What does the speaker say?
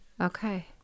Okay